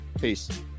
Peace